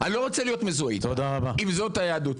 אני לא רוצה להיות מזוהה איתם אם זאת היהדות.